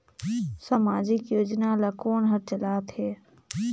समाजिक योजना ला कोन हर चलाथ हे?